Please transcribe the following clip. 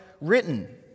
written